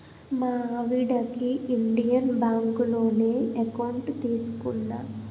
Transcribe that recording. మా ఆవిడకి ఇండియన్ బాంకులోనే ఎకౌంట్ తీసుకున్నా